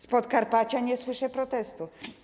Z Podkarpacia nie słyszę protestu.